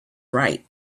right